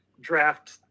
draft